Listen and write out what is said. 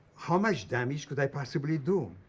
how much damage could i possibly do?